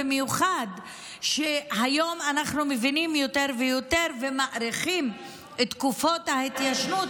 במיוחד שהיום אנחנו מבינים יותר ויותר ומאריכים את תקופות ההתיישנות